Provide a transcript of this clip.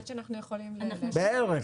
בערך.